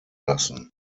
lassen